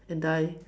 and die